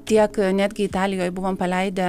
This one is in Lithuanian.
tiek netgi italijoj buvom paleidę